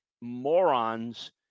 morons